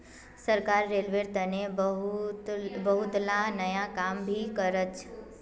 सरकार रेलवेर तने बहुतला नया काम भी करछ